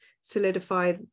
solidify